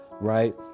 right